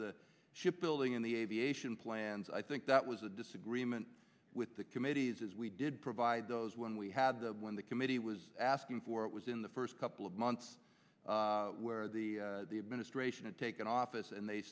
the ship building in the aviation plans i think that was a disagreement with the committees as we did provide those when we had when the committee was asking for it was in the first couple of months where the administration had taken office and they